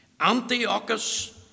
Antiochus